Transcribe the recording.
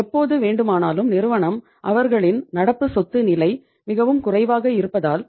எப்போது வேண்டுமானாலும் நிறுவனம் அவர்களின் நடப்பு சொத்து நிலை மிகவும் குறைவாக இருப்பதால்